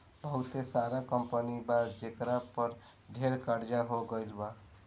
बहुते सारा कंपनी बा जेकरा पर ढेर कर्ज हो गइल बा